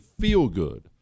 feel-good